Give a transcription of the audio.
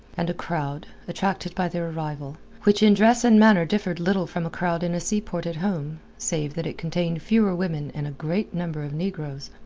and a crowd attracted by their arrival which in dress and manner differed little from a crowd in a seaport at home save that it contained fewer women and a great number of negroes.